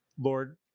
Lord